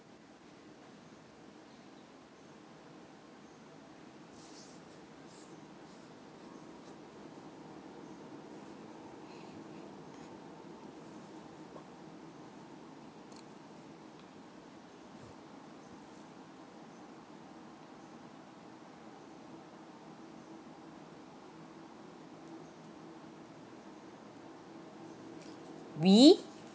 we